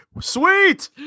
Sweet